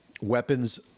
weapons